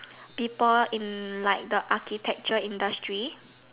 people in like the architecture industry